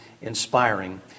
inspiring